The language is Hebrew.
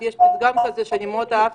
יש פתגם כזה שאני מאוד אהבתי,